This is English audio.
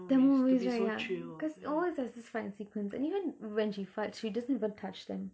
tamil movies right ya cause always there's this fighting sequence and even when she fights she doesn't even touch them